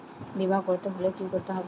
বিমা করতে হলে কি করতে হবে?